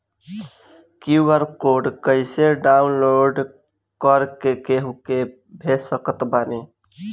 QR code कइसे download कर के केहु के भेज सकत बानी?